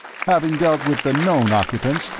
having dealt with the known occupants,